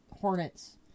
hornets